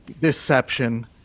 deception